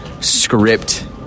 script